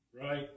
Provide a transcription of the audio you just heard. Right